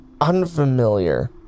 unfamiliar